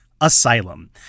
Asylum